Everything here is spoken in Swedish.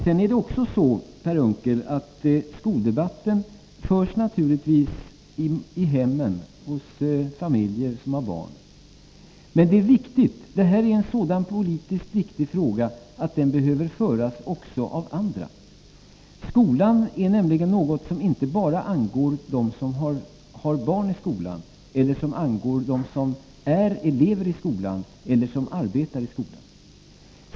Sedan är det också så, Per Unckel, att skoldebatten naturligtvis förs i hem där det finns barn. Men detta är en så viktig politisk fråga att den debatten behöver föras också av andra. Skolan är nämligen något som inte bara angår dem som har barn i skolan, dem som är elever i skolan eller som arbetar i skolan.